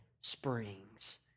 springs